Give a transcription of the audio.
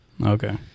okay